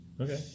Okay